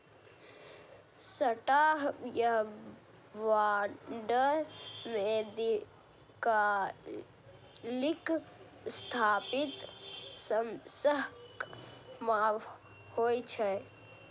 stock या bond मे दीर्घकालिक स्थिति समयक माप होइ छै